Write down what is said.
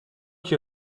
qui